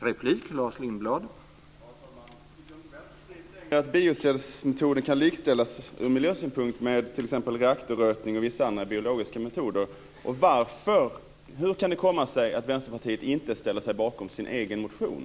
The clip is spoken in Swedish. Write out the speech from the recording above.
Herr talman! Biocellsmetoden kan ur miljösynpunkt likställas med reaktorrötning och vissa andra biologiska metoder. Hur kan det komma sig att Vänsterpartiet inte ställer sig bakom sin egen motion?